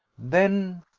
then,